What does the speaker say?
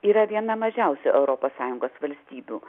yra viena mažiausių europos sąjungos valstybių